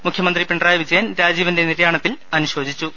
മുഖ്യമന്ത്രി പിണറായി വിജയൻ രാജീവന്റെ നിര്യാണ ത്തിൽ അനുശോചിച്ചു